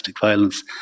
violence